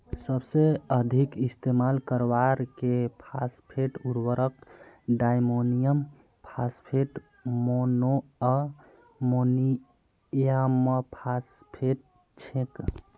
सबसे अधिक इस्तेमाल करवार के फॉस्फेट उर्वरक डायमोनियम फॉस्फेट, मोनोअमोनियमफॉस्फेट छेक